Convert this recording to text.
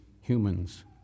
humans